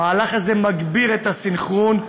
המהלך הזה מגביר את הסנכרון,